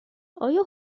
آیا